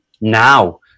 now